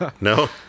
No